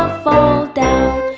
fall down